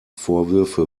vorwürfe